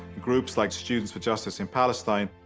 groups like students for justice in palestine,